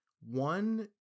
one